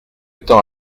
temps